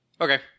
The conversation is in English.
Okay